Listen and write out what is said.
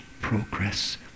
progress